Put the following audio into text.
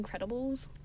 Incredibles